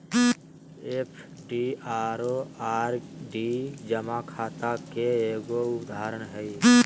FD आरो RD जमा खाता के एगो उदाहरण हय